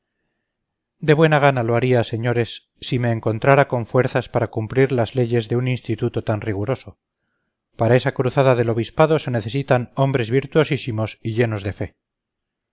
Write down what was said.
de buena gana lo haría señores si me encontrara con fuerzas para cumplir las leyes de un instituto tan riguroso para esa cruzada del obispado se necesitan hombres virtuosísimos y llenos de fe